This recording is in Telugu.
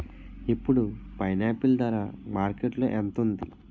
ఇప్పుడు పైనాపిల్ ధర మార్కెట్లో ఎంత ఉంది?